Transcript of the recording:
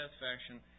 satisfaction